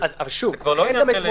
זה כבר לא עניין של שוויון,